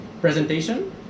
presentation